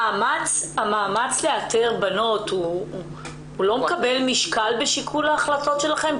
המאמץ לאתר בנות לא מקבל משקל בהחלטות שלכם?